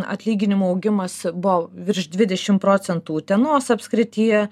atlyginimų augimas buvo virš dvidešimt procentų utenos apskrityje